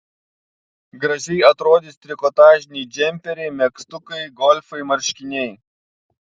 gražiai atrodys trikotažiniai džemperiai megztukai golfai marškiniai